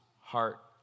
heart